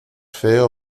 feo